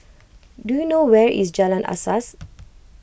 do you know where is Jalan Asas